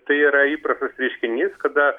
tai yra įprastas reiškinys kada